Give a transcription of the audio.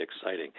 exciting